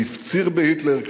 הוא הפציר בהיטלר,